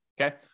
okay